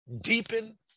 deepen